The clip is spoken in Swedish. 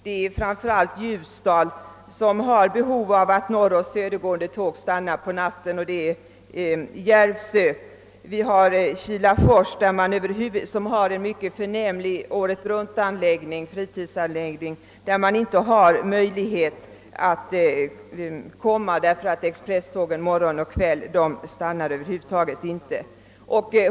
Det är framför allt i Ljusdal som det föreligger behov av att norroch södergående tåg får göra uppehåll nattetid. Järvsö som är attraktiv turistort behöver uppehåll söderut på morgonen och norrut på kvällen. Kilafors har en mycket förnämlig åretruntanläggning för friluftsliv, men det är mycket svårt att komma dit eftersom expresstågen på morgonen och på kvällen över huvud taget inte stannar.